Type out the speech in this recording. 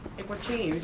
hey porcini,